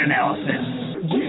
analysis